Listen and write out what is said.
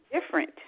different